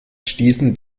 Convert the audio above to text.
stießen